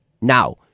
now